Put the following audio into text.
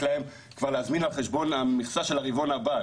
להם כבר להזמין על חשבון המכסה של הרבעון הבא,